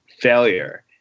failure